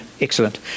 excellent